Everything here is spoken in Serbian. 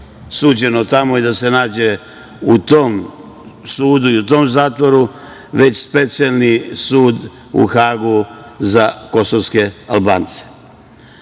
suđeno tamo i da se nađe u tom sudu i u tom zatvoru, već Specijalni sud u Hagu za kosovske Albance.